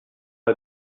pas